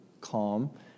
calm